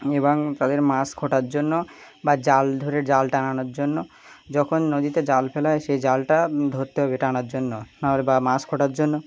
এবং তাদের মাছ খোটার জন্য বা জাল ধরের জালটা আনানোর জন্য যখন নদীতে জাল ফেেল হয় সেই জালটা ধরতে হবে টানার জন্য বা মাছ খোটার জন্য